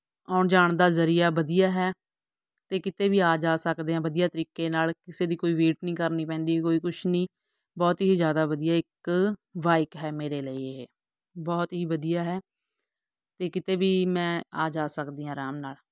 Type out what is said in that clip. ਆਉਣ ਜਾਣ ਦਾ ਜ਼ਰੀਆ ਵਧੀਆ ਹੈ ਅਤੇ ਕਿਤੇ ਵੀ ਆ ਜਾ ਸਕਦੇ ਹਾਂ ਵਧੀਆ ਤਰੀਕੇ ਨਾਲ ਕਿਸੇ ਦੀ ਕੋਈ ਵੇਟ ਨਹੀਂ ਕਰਨੀ ਪੈਂਦੀ ਕੋਈ ਕੁਛ ਨਹੀਂ ਬਹੁਤ ਹੀ ਜ਼ਿਆਦਾ ਵਧੀਆ ਇੱਕ ਬਾਈਕ ਹੈ ਮੇਰੇ ਲਈ ਇਹ ਬਹੁਤ ਹੀ ਵਧੀਆ ਹੈ ਅਤੇ ਕਿਤੇ ਵੀ ਮੈਂ ਆ ਜਾ ਸਕਦੀ ਹਾਂ ਆਰਾਮ ਨਾਲ